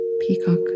peacock